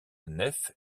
nef